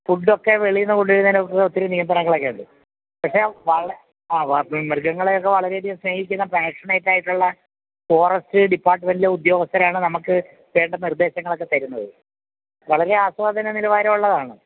ഫുഡ്ഡൊക്കെ വെളിയിൽ നിന്ന് കൊണ്ടു വരുന്നതിന് ഒത്തിരി നിയന്ത്രണങ്ങളൊക്കെ ഉണ്ട് പക്ഷേ ആ വളർത്തു മൃഗങ്ങളെയൊക്കെ വളരെ അധികം സ്നേഹിക്കുന്ന പാഷനേറ്റായിട്ടുള്ള ഫോറസ്റ്റ് ഡിപ്പാട്ട്മെൻ്റിലെ ഉദ്യോഗസ്ഥരാണ് നമുക്ക് വേണ്ട നിർദ്ദേശങ്ങളൊക്കെ തരുന്നത് വളരെ ആസ്വാദന നിലവാരമുള്ളതാണ്